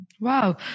Wow